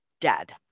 dead